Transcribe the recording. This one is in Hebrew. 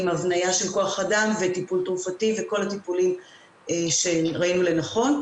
עם הבנייה של כוח אדם וטיפול תרופתי וכל הטיפולים שראינו לנכון,